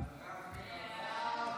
ההצעה להעביר